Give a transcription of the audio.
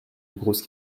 grosse